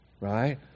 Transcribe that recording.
right